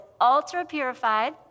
ultra-purified